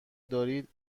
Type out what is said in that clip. دارید